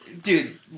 Dude